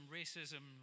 racism